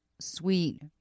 sweet